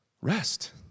rest